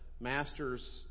master's